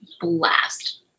blast